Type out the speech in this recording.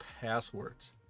passwords